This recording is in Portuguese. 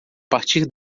partir